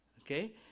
Okay